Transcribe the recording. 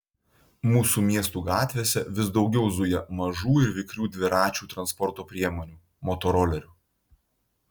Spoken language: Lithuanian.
mūsų miestų gatvėse vis daugiau zuja mažų ir vikrių dviračių transporto priemonių motorolerių